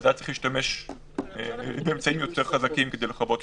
אז היה צריך להשתמש באמצעים יותר חזקים כדי לכבות אותה.